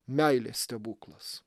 meilės stebuklas